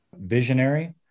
visionary